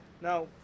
Now